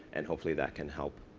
and hopefully that can help